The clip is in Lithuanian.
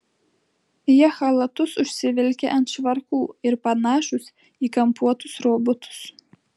jie chalatus užsivilkę ant švarkų ir panašūs į kampuotus robotus